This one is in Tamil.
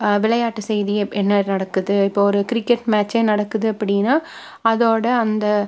விளையாட்டு செய்தி என்ன நடக்குது இப்போது ஒரு கிரிக்கெட் மேட்ச்சே நடக்குது அப்படின்னா அதோட அந்த